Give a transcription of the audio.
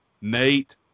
Nate